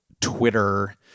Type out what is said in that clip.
Twitter